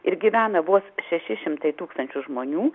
ir gyvena vos šeši šimtai tūkstančių žmonių